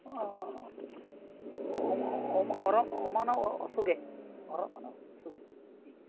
अमान्न अस्सुगे अरमानसुगे इति अस्